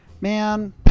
man